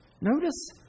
Notice